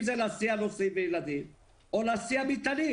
זה להסיע נוסעים וילדים או להסיע מטענים